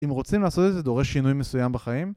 אם רוצים לעשות את זה, זה דורש שינוי מסוים בחיים